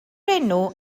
enw